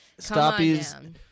Stoppies